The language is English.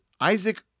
Isaac